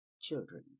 children